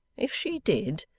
if she did,